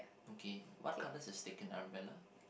okay what colours a stick and umbrella